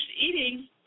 eating